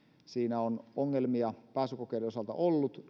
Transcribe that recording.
siinä on ongelmia pääsykokeiden osalta ollut